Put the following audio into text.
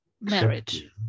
marriage